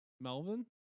Melvin